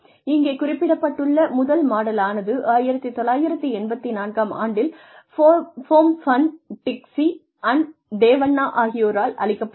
இங்கே குறிப்பிடப்பட்டுள்ள முதல் மாடல் ஆனது 1984 ஆம் ஆண்டில் ஃபோம்பர்ன் டிச்சி தேவன்னா ஆகியோரால் அளிக்கப்பட்டவை